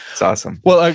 it's awesome well,